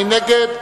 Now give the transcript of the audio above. מי נגד?